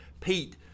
Pete